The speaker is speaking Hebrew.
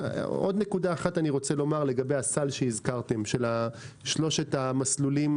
לגבי הסל שהזכרתם של שלושת המסלולים